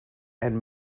and